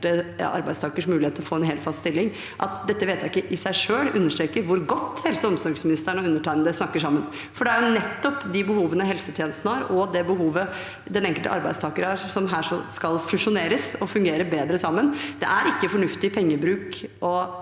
arbeidstakers muligheter for en hel, fast stilling, i seg selv understreker hvor godt helse- og omsorgsministeren og undertegnede snakker sammen. Det er nettopp de behovene helsetjenestene og den enkelte arbeidstaker har, som her skal fusjoneres og fungere bedre sammen. Det er ikke fornuftig pengebruk å